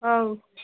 ହଉ